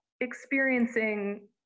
experiencing